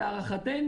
תודה רבה.